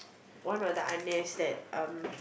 one of the ah nehs that um